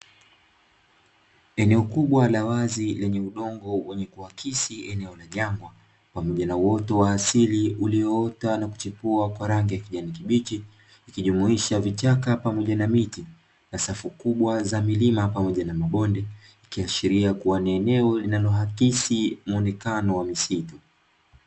Eneo kubwa la wazi lenye udongo wenye kuakisi eneo la jangwa, pamoja na uoto wa asili ulioota na kuchipua kwa rangi ya kijani kibichi, ikijumuisha vichaka pamoja na miti na safu kubwa na milima pamoja na mabonde, ikiashiria kuwa ni eneo linaloakisi muonekano wa misitu.